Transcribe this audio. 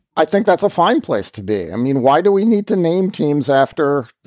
i think that's a fine place to be. i mean, why do we need to name teams after,